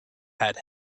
had